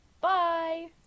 bye